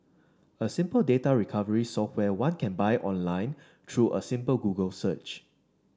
a simple data recovery software one can buy online through a simple Google search